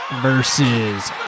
versus